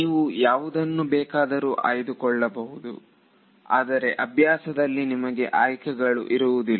ನೀವು ಯಾವುದನ್ನು ಬೇಕಾದರೂ ಆಯ್ದುಕೊಳ್ಳಬಹುದು ಆದರೆ ಅಭ್ಯಾಸದಲ್ಲಿ ನಿಮಗೆ ಆಯ್ಕೆಗಳು ಇರುವುದಿಲ್ಲ